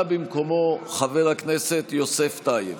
בא במקומו חבר הכנסת יוסף טייב.